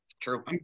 true